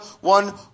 one